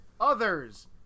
others